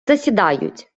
засідають